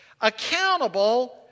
accountable